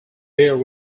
bear